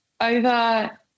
over